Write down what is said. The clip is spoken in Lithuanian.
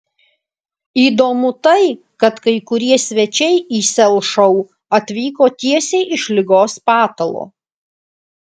įdomu tai kad kai kurie svečiai į sel šou atvyko tiesiai iš ligos patalo